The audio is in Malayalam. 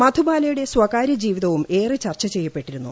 മധുബാലയുടെ സ്വകാര്യ ജീവിതവും ഏറെ പ്രർച്ച ചെയ്യപ്പെട്ടിരുന്നു